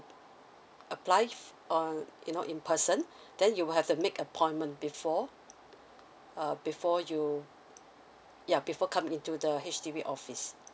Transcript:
apply err you know in person then you will have to make appointment before err before you yeah before come into the H_D_B office